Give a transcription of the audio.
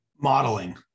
Modeling